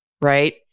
right